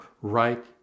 right